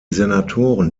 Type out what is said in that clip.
senatoren